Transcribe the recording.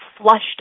flushed